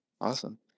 Awesome